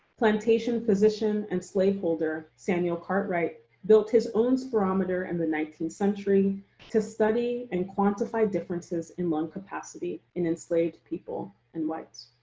plantation physician and slave holder samuel cartwright built his own spirometer in and the nineteenth century to study and quantify differences in lung capacity in enslaved people and whites.